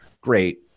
Great